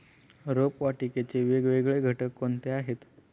रोपवाटिकेचे वेगवेगळे घटक कोणते आहेत?